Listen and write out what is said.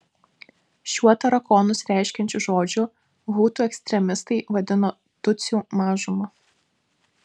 šiuo tarakonus reiškiančiu žodžiu hutų ekstremistai vadino tutsių mažumą